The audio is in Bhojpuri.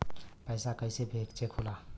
पैसा कइसे चेक होला?